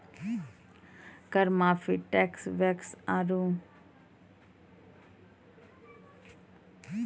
कर माफी, tax base आरो टैक्स रेवेन्यू बढ़ाय बासतें स्वैछिका अनुपालन रणनीति मे सं एक छै